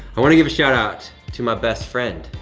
i wanna give a shout-out to my best friend,